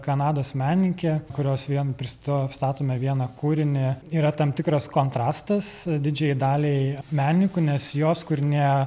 kanados menininkė kurios vien prist pristatome vieną kūrinį yra tam tikras kontrastas didžiajai daliai menininkų nes jos kūrinyje